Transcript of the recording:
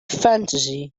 fantasy